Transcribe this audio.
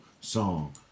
song